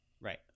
Right